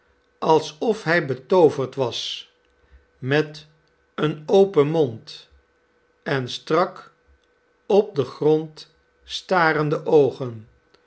alsof hij betooverd was met een open mond en strak op den grond starende oogen